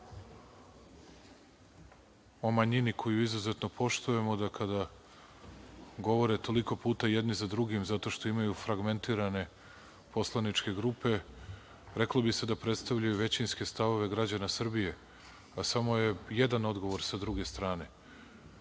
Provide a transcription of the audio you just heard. o manjini, koju izuzetno poštujemo, da kada govore toliko puta jedni za drugim, zato što imaju fragmentirane poslaničke grupe, reklo bi se da predstavljaju većinske stavove građana Srbije, a samo je jedan odgovor sa druge strane.